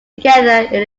together